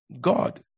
God